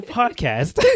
podcast